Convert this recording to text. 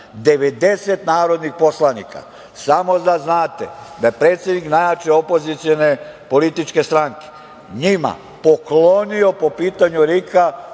90 narodnih poslanika. Samo da znate da predsednik najjače opozicione politike stranke njima poklonio po pitanju RIK-a